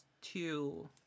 two